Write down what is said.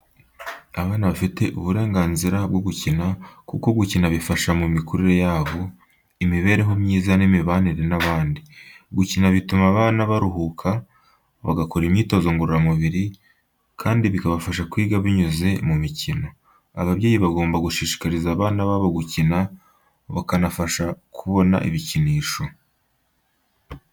Abana bafite uburenganzira bwo gukina kuko gukina bifasha mu mikurire yabo, imibereho myiza n'imibanire n'abandi. Gukina bituma abana baruhuka, bagakora imyitozo ngororamubiri, kandi bikabafasha kwiga binyuze mu mikino. Ababyeyi bagomba gushishikariza abana babo gukina bakanabafasha kubona ibikinisho.